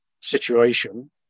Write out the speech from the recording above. situation